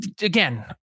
again